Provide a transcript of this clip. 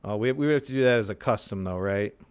ah we'd we'd have to do that as a custom, though, right?